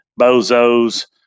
Bozo's